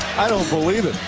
i don't believe it.